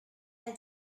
and